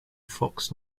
fox